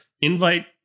invite